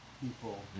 people